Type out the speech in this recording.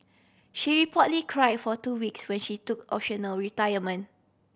she portly cry for two weeks when she took optional retirement